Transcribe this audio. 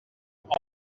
alors